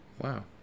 Wow